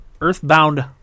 earthbound